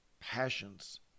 passions